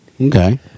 Okay